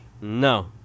No